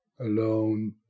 Alone